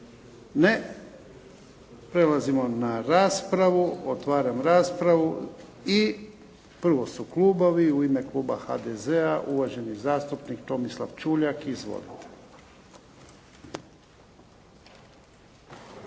Ne. Prelazimo na raspravu. Otvaram raspravu. Prvo su klubovi. U ime kluba HDZ-a, uvaženi zastupnik Tomislav Čuljak. Izvolite.